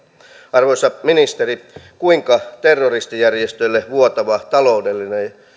arvoisa ministeri kuinka terroristijärjestölle vuotava taloudellinen